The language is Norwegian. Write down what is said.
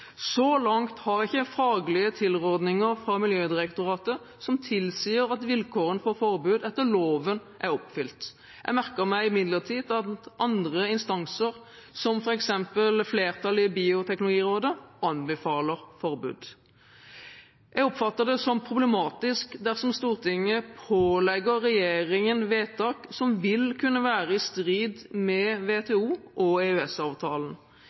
Så langt har jeg ikke faglige tilrådninger fra Miljødirektoratet som tilsier at vilkårene for forbud etter loven er oppfylt. Jeg merker meg imidlertid at andre instanser, som f.eks. flertallet i Bioteknologirådet, anbefaler forbud. Jeg oppfatter det som problematisk dersom Stortinget pålegger regjeringen vedtak som vil kunne være i strid med WTO- og